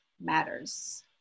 matters